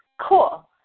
Cool